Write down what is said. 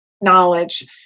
knowledge